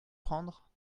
prendre